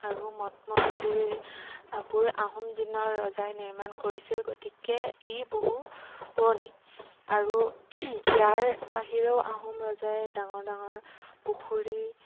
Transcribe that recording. আৰু মঠ মন্দিৰবোৰ আহোম দিনৰ ৰজাই নিৰ্মাণ কৰিছিল গতিকে ই বহু পুৰণি আৰু আহোম ৰজাই ডাঙৰ ডাঙৰ পুখুৰী